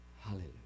Hallelujah